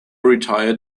retire